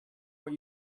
what